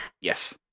Yes